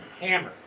hammer